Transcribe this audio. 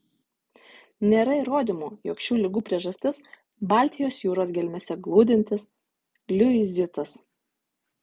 nėra įrodymų jog šių ligų priežastis baltijos jūros gelmėse glūdintis liuizitas